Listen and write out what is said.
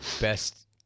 Best